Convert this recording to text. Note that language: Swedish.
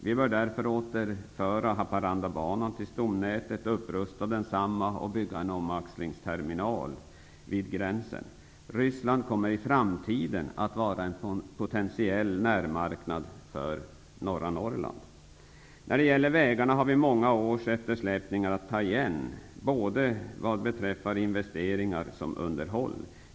Vi bör därför återföra Haparandabanan till stomnätet och upprusta densamma, samt bygga en omaxlingsterminal vid gränsen. Ryssland kommer i framtiden att vara en potentiell närmarknad för norra Norrland. När det gäller vägarna har vi många års eftersläpningar att ta igen, vad beträffar både investeringar och underhåll.